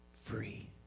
free